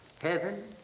heaven